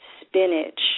spinach